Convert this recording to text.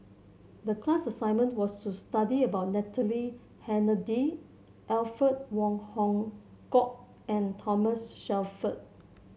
the class assignment was to study about Natalie Hennedige Alfred Wong Hong Kwok and Thomas Shelford